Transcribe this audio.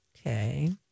Okay